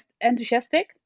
enthusiastic